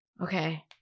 Okay